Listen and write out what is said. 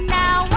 now